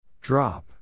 Drop